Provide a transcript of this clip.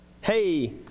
Hey